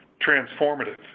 transformative